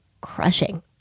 crushing